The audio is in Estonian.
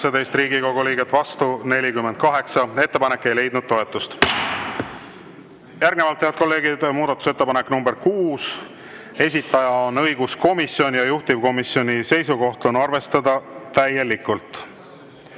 18 Riigikogu liiget, vastu 48. Ettepanek ei leidnud toetust. Järgnevalt, head kolleegid, muudatusettepanek nr 6. Esitaja on õiguskomisjon ja juhtivkomisjoni seisukoht on arvestada täielikult.